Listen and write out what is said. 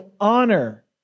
honor